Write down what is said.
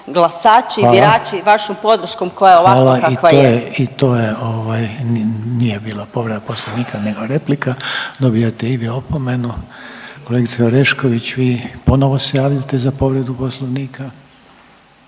glasači, birači, vašom podrškom koja je ovakva kakva je. **Reiner, Željko (HDZ)** Hvala. I to nije bila povreda Poslovnika nego replika. Dobivate i vi opomenu. Kolegice Orešković vi ponovno se javljate za povredu Poslovnika?